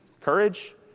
courage